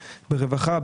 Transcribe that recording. ברווחה,